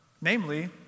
namely